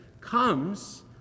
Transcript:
comes